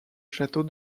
château